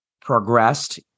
progressed